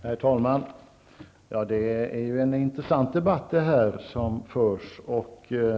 Herr talman! Det är ju en intressant debatt som nu förs.